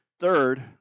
Third